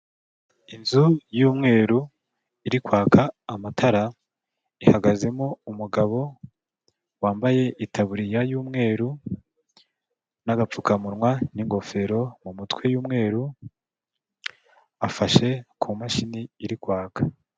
Inzu y'umweru iri kwaka amatara, ihagazemo umugabo wambaye itaburiya y'umweru n'agapfukamunwa n'ingofero mu mutwe y'umweru, afashe ku mashini iri kwaka.